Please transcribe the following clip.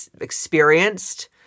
experienced